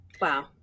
Wow